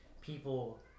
people